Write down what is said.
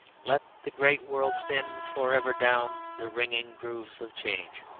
let the great world spin for ever down the ringing grooves of change.